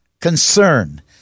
concern